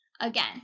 Again